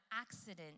accident